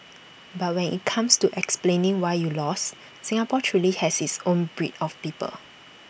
but when IT comes to explaining why you lost Singapore truly has its own breed of people